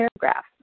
paragraph